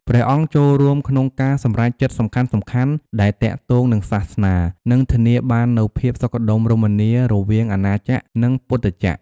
ព្រះអង្គចូលរួមក្នុងការសម្រេចចិត្តសំខាន់ៗដែលទាក់ទងនឹងសាសនា និងធានាបាននូវ ភាពសុខដុមរមនារវាងអាណាចក្រ និងពុទ្ធចក្រ។